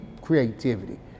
creativity